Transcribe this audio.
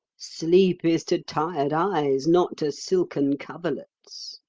sleep is to tired eyes, not to silken coverlets.